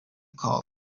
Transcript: called